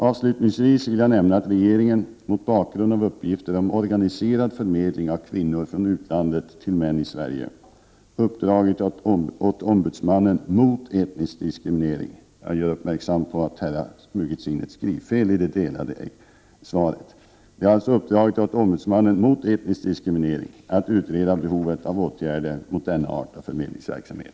Avslutningsvis vill jag nämna att regeringen, mot bakgrund av uppgifter om organiserad förmedling av kvinnor från utlandet till män i Sverige, uppdragit åt ombudsmannen mot etnisk diskriminering att utreda behovet av åtgärder mot denna art av förmedlingsverksamhet.